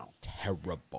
terrible